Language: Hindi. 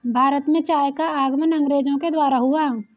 भारत में चाय का आगमन अंग्रेजो के द्वारा हुआ